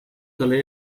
talle